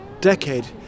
decade